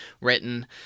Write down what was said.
written